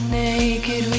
naked